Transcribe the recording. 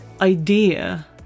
idea